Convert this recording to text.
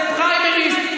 זה פריימריז.